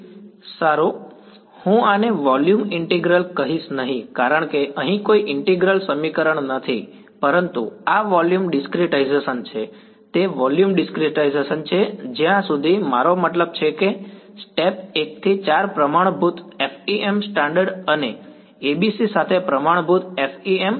અત્યાર સુધી સારું હું આને વોલ્યુમ ઈન્ટીગ્રલ કહીશ નહીં કારણ કે અહીં કોઈ ઈન્ટીગ્રલ સમીકરણ નથી પરંતુ આ વોલ્યુમ ડિસ્ક્રિટાઇઝેશન છે તે વોલ્યુમ ડિસ્ક્રિટાઇઝેશન છે જ્યાં સુધી મારો મતલબ છે કે સ્ટેપ 1 થી 4 પ્રમાણભૂત FEM સ્ટાન્ડર્ડ અને ABC સાથે પ્રમાણભૂત FEM છે